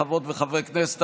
חברות וחברי כנסת,